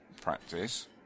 practice